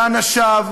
ואנשיו,